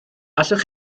allwch